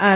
R